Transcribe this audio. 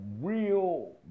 real